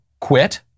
quit